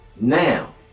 now